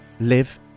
live